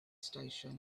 station